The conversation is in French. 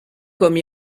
comme